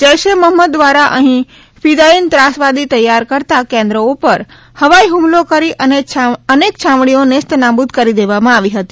જૈશ એ મહમ્મદ દ્વારા અહી ફિદાથીન ત્રાસવાદી તૈયાર કરતાં કેન્દ્રો ઉપર હવાઈ હ્મલો કરી અનેક છાવણીઓ નેસ્તનાબુદકરી દેવામાં આવી હતી